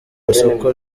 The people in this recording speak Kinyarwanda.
isoko